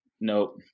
Nope